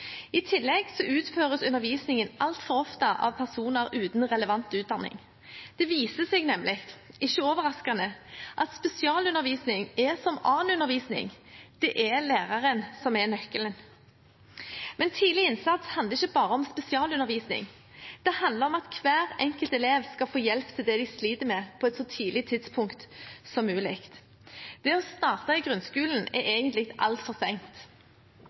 I tillegg utføres undervisningen altfor ofte av personer uten relevant utdanning. Det viser seg nemlig, ikke overraskende, at spesialundervisning er som annen undervisning – det er læreren som er nøkkelen. Men tidlig innsats handler ikke bare om spesialundervisning. Det handler om at hver enkelt elev skal få hjelp til det de sliter med, på et så tidlig tidspunkt som mulig. Det å starte i grunnskolen er egentlig altfor